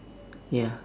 ya